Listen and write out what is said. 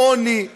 עוני,